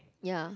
ya